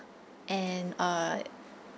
and uh